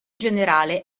generale